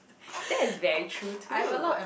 that is very true too